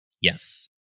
Yes